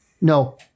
No